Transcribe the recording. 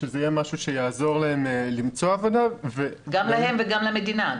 שזה יהיה משהו שיעזור להם למצוא עבודה ו --- גם להם וגם למדינה.